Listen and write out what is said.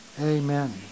amen